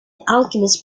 alchemist